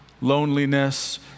loneliness